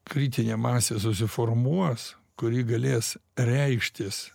kritinė masė susiformuos kuri galės reikštis